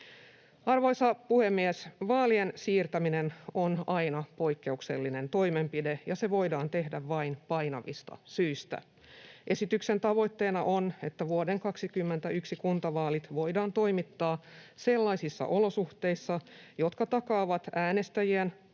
Arvoisa puhemies! Vaalien siirtäminen on aina poikkeuksellinen toimenpide, ja se voidaan tehdä vain painavista syistä. Esityksen tavoitteena on, että vuoden 21 kuntavaalit voidaan toimittaa sellaisissa olosuhteissa, jotka takaavat äänestäjien,